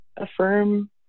affirm